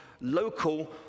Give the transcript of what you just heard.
local